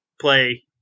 play